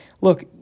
Look